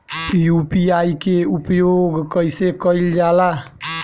UPI के उपयोग कइसे कइल जाला?